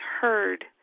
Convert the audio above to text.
heard